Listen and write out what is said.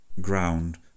ground